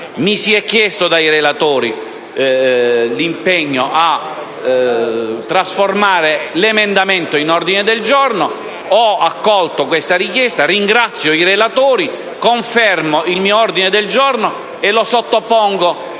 Mi e stato chiesto dai relatori l’impegno di trasformare l’emendamento in ordine del giorno. Ho accolto questa richiesta e ringrazio i relatori. Confermo il mio ordine del giorno e lo sottopongo